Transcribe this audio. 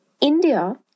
India